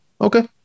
okay